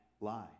lie